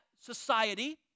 society